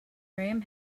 room